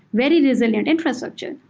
very resilient infrastructure.